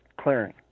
clearing